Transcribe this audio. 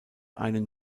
einen